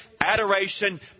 adoration